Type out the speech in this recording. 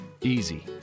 Easy